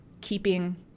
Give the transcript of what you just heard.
keeping